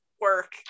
work